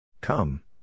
Come